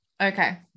Okay